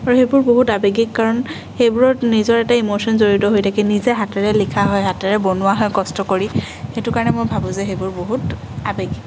আৰু সেইবোৰ বহুত আবেগিক কাৰণ সেইবোৰত নিজৰ এটা ইমোশ্য়ন জড়িত হৈ থাকে নিজে হাতেৰে লিখা হয় হাতেৰে বনোৱা হয় কষ্ট কৰি সেইটো কাৰণে মই ভাবোঁ যে সেইবোৰ বহুত আবেগিক